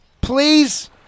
please